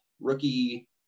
rookie